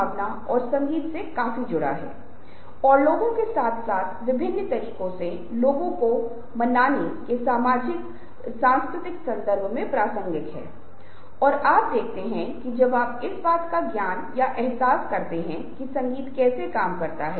आप उस जानकारी को एक दृष्टांत के साथ साझा कर सकते हैं आप उस जानकारी को एक खुले समाप्त प्रश्न के साथ दे सकते हैं और आप यह दावा कर सकते हैं कि यह जानकारी प्रासंगिक है